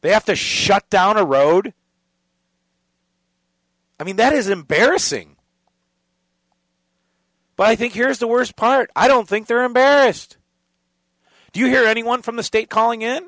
they have to shut down a road i mean that is embarrassing but i think here's the worst part i don't think they're embarrassed do you hear anyone from the state calling in